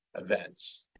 events